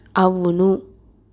అవును